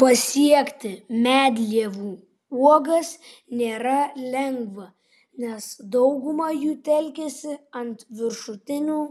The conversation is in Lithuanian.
pasiekti medlievų uogas nėra lengva nes dauguma jų telkiasi ant viršutinių